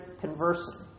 conversing